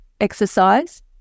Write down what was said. exercise